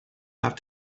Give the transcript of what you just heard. have